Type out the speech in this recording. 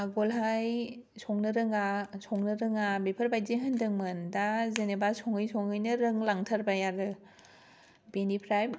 आगोलहाय संनो रोङा संनो रोङा बेफोरबादि होन्दोंमोन दा जेनेबा सङै सङैनो रोंलांथारबाय आरो बेनिफ्राय